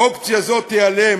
אופציה זו תיעלם,